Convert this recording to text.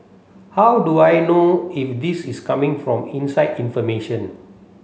how do I know if this is coming from inside information